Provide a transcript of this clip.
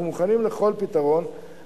אנחנו מוכנים לכל פתרון,